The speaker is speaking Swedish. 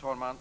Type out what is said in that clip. Fru talman!